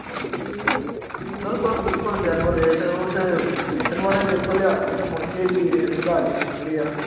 ਹਾਂਜੀ ਬਿਲਕੁਲ ਬਿਲਕੁਲ ਜੈਨੂਅਨ ਰੇਟ ਉਹ ਤਾਂ ਵੇਚਣ ਵਾਲੇ ਵੀ ਉੱਥੋਂ ਲਿਆ ਕੇ ਅਤੇ ਮੁੜ ਕੇ ਹੀ ਰੇਟ ਵਧਾ ਕੇ ਵੇਚਦੇ ਆ